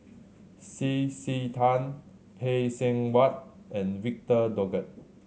C C Tan Phay Seng Whatt and Victor Doggett